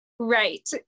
Right